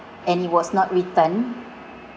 and it was not written